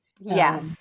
Yes